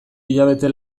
hilabete